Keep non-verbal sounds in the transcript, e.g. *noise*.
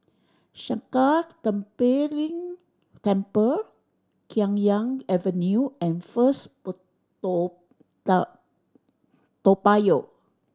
Sakya Tenphel Ling Temple Khiang Yuan Avenue and First *unintelligible* Toa *unintelligible* Toa Payoh